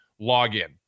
login